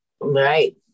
Right